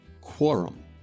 quorum